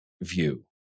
view